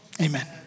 amen